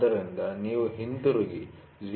ಆದ್ದರಿಂದ ನೀವು ಹಿಂತಿರುಗಿ 0